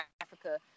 Africa